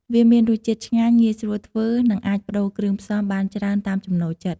វាមានរសជាតិ ឆ្ងាញ់ ងាយស្រួលធ្វើ និងអាចប្ដូរគ្រឿងផ្សំបានច្រើនតាមចំណូលចិត្ត។